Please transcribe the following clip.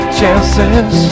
chances